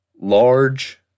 large